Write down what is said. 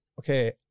okay